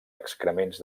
excrements